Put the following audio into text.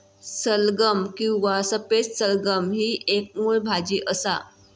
सलगम किंवा सफेद सलगम ही एक मुळ भाजी असा